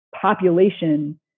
population